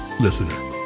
listener